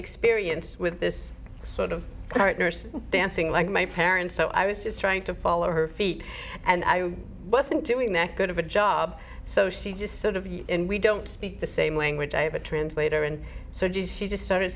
experience with this sort of current nurse dancing like my parents so i was just trying to follow her feet and i wasn't doing that good of a job so she just sort of you and we don't speak the same language i have a translator and so does she just s